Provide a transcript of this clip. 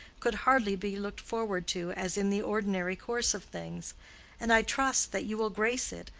could hardly be looked forward to as in the ordinary course of things and i trust that you will grace it,